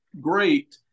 great